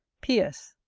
p s.